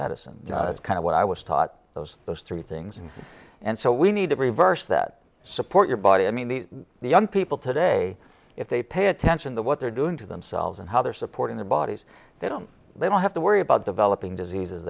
medicine it's kind of what i was taught those those three things and so we need to reverse that support your body i mean these are the young people today if they pay attention to what they're doing to themselves and how they're supporting their bodies they don't they don't have to worry about developing diseases